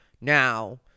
now